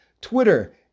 Twitter